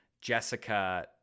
Jessica